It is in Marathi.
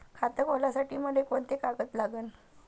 खात खोलासाठी मले कोंते कागद लागन?